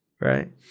right